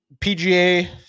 PGA